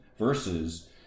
versus